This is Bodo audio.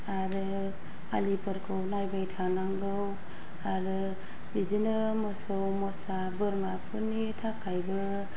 आरो आलिफोरखौ नायबाय थानांगौ आरो बिदिनो मोसौ मोसा बोरमाफोरनि थाखायबो